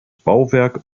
bauwerk